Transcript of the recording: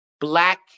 black